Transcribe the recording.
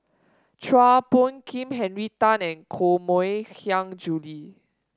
Chua Phung Kim Henry Tan and Koh Mui Hiang Julie